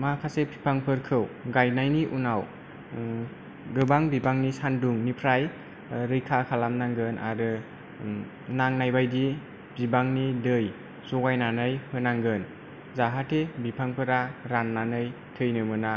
माखासे बिफांफोरखौ गायनायनि उनाव गोबां बिबांनि सानदुंनिफ्राय ओ रैखा खालाम नांगोन आरो नांनाय बादि बिबांनि दै जगायनानै होनांगोन जाहाथे बिफां फोरा राननानै थैनो मोना